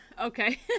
Okay